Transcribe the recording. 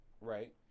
Right